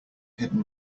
hidden